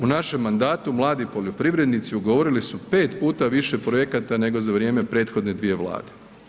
U našem mandatu mladi poljoprivrednici ugovorili su 5 puta više projekata nego za vrijeme prethodne dvije Vlade.